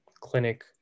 clinic